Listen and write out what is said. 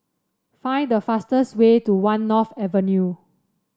find the fastest way to One North Avenue